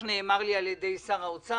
אני צריך לבקש 18. סעיף 1 2(8)